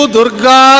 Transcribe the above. Durga